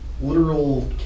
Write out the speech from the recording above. literal